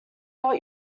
got